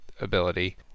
ability